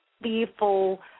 fearful